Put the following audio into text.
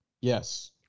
Yes